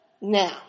Now